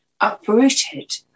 uprooted